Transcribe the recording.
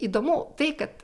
įdomu tai kad